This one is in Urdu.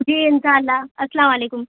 جی ان شاء اللہ السلام علیکم